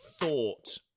thought